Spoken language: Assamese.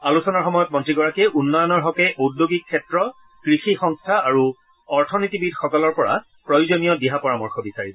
আলোচনাৰ সময়ত মন্ত্ৰীগৰাকীয়ে উন্নয়নৰ হকে ঔদ্যোগিক ক্ষেত্ৰ কৃষি সংস্থা আৰু অথনীতিবিদসকলৰ পৰা প্ৰয়োজনীয় দিহা পৰামৰ্শ বিচাৰিব